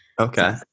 Okay